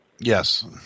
Yes